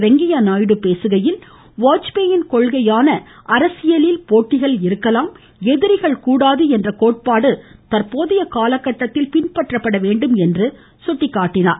வெங்கய்ய நாயுடு பேசுகையில் வாஜ்பேயின் கொள்கையான அரசியலில் போட்டிகள் இருக்கலாம் எதிரிகள் கூடாது என்ற கோட்பாடு தந்போதைய காலக்கட்டத்தில் பின்பற்றப்பட வேண்டும் என்று சுட்டிக்காட்டினார்